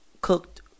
cooked